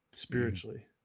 Spiritually